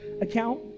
account